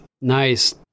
Nice